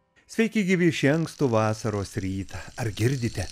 sveiki gyvi šį ankstų vasaros rytą ar girdite